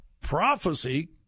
prophecy